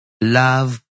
love